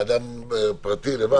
אדם פרטי, לבד.